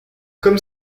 comme